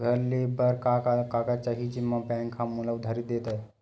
घर ले बर का का कागज चाही जेम मा बैंक हा मोला उधारी दे दय?